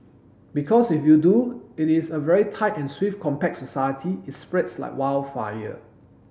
because if you do it is a very tight and swift compact society it's spreads like wild fire